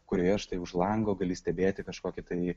kurioje štai už lango gali stebėti kažkokį tai